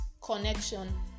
connection